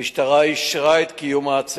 המשטרה אישרה את קיום העצרת.